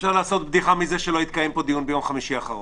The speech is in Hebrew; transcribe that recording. אי-אפשר לעשות בדיחה מזה שלא התקיים פה דיון ביום חמישי האחרון.